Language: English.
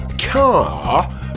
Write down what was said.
car